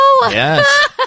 Yes